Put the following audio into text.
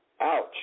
Ouch